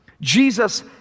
Jesus